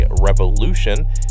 revolution